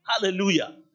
Hallelujah